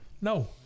no